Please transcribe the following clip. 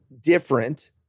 different